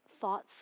thoughts